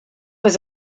was